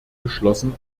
geschlossen